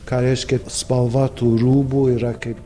ką reiškia spalva tų rūbų yra kaip